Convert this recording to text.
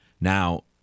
Now